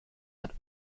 had